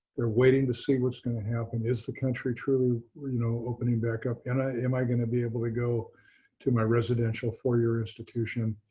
they're waiting to see what's going to happen. is the country truly you know opening back up? and am i going to be able to go to my residential four-year institution?